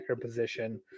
position